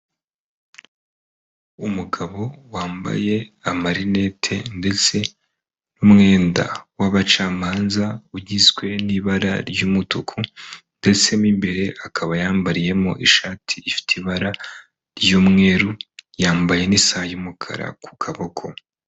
Umugabo wambaye amarinete ndetse n'umwenda w'abacamanza, ugizwe n'ibara ry'umutuku ndetse mo imbere akaba yambariyemo ishati ifite ibara ry'umweru yambaye n'isaha y'umukara ku kaboko.